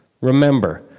remember,